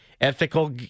ethical